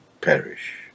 perish